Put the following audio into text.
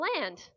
land